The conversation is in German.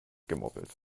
gemoppelt